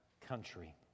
country